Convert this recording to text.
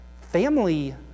family